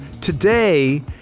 today